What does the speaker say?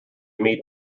meet